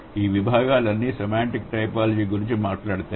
ఈ విభాగాలన్నీ semantic typology గురించి మాట్లాడుతాయి